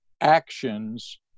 actions